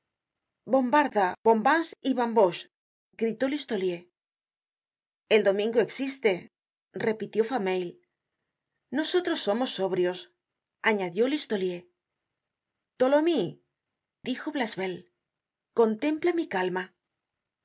bombarda bombance y bamboche gritó listolier el domingo existe repitió fameuil nosotros somos sobrios añadió listolier tholomyes dijo blachevelle contempla mi calma